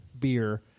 beer